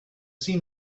see